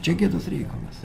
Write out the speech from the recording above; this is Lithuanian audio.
čia gėdos reikalas